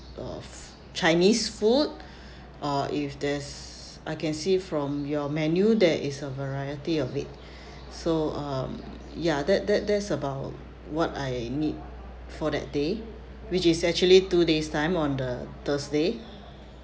of chinese food or if there's I can see from your menu there is a variety of it so um ya that that that's about what I need for that day which is actually two days time on the thursday